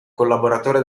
collaboratore